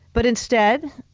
but instead,